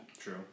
True